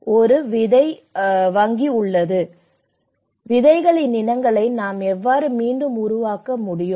விதைகளின் இனங்களை நாம் எவ்வாறு சேமிக்க முடியும் இதனால் நெருக்கடியின் போது அதை எவ்வாறு மீண்டும் உருவாக்க முடியும்